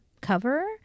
cover